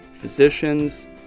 physicians